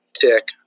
tick